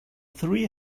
three